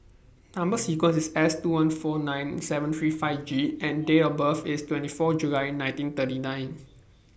Number sequence IS S two one four nine seven three five G and Date of birth IS twenty four July nineteen thirty nine